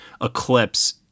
eclipse